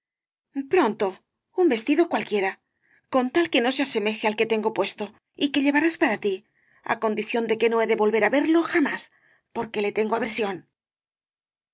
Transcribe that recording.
pronto un vestido cualquiera con tal que no se asemeje al que tengo puesto y que llevarás para ti á condición de que no he de volver á verlo jamás porque le tengo aversión